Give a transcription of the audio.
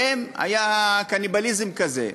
והיה קניבליזם כזה,